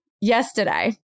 yesterday